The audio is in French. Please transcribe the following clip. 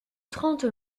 trente